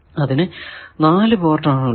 അതിനു 4 പോർട്ട് ആണ് ഉള്ളത്